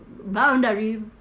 boundaries